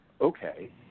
okay